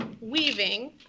weaving